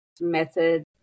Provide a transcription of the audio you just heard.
method